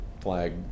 flag